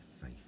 faith